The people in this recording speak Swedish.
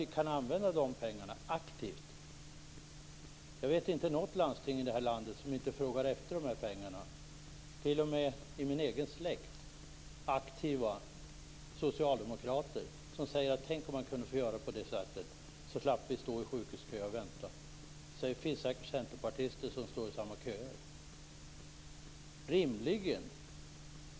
Vi kan använda pengarna aktivt. Jag vet inte något landsting i det här landet som inte frågar efter de här pengarna. T.o.m. i min egen släkt finns aktiva socialdemokrater som säger: Tänk om man kunde få göra på det sättet, då slapp vi stå i sjukhuskö och vänta. Det finns säkert centerpartister som står i samma köer.